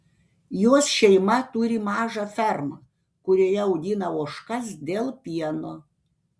jos šeima turi mažą fermą kurioje augina ožkas dėl pieno